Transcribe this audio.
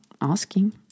asking